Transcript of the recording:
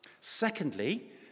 Secondly